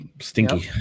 stinky